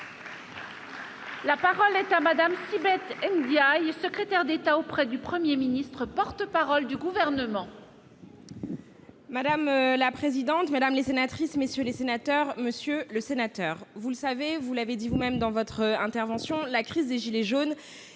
La parole est à madame qui pète Ndyaye, secrétaire d'État au. Près du 1er ministre porte-parole du gouvernement. Madame la présidente, mesdames les sénatrices, messieurs les sénateurs, Monsieur le Sénateur, vous le savez, vous l'avez dit vous-même dans votre intervention, la crise des gilets jaunes